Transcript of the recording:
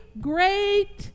great